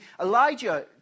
Elijah